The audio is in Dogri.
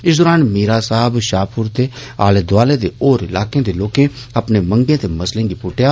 इस दौरान मीरा साहब षाहपुर ते आले दोआले दे होर इलाके दे लोकें अपने मंगें ते मसलें गी पुट्टेआ